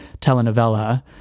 telenovela